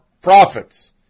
profits